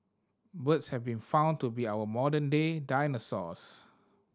birds have been found to be our modern day dinosaurs